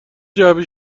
جعبه